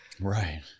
right